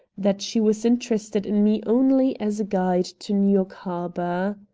that she was interested in me only as a guide to new york harbor.